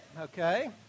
okay